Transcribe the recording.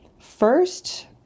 First